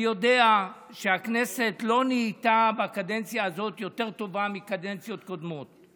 אני יודע שהכנסת לא נהייתה בקדנציה הזאת יותר טובה מבקדנציות קודמות.